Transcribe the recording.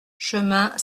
chemin